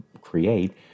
create